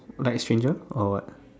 like stranger or what